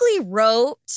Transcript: wrote